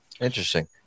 Interesting